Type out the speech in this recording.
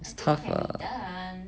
it's tough lah